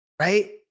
right